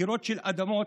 קירות של אדמות